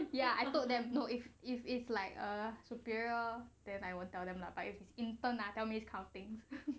ya I told them know if if it's like a superior then I will tell them lah but if it's intern ah tell me this kind of things